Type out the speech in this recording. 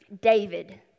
David